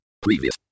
Previous